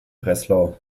breslau